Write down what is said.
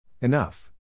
Enough